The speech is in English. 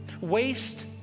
Waste